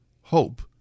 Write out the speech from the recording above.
hope